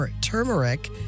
turmeric